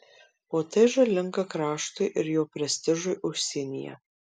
o tai žalinga kraštui ir jo prestižui užsienyje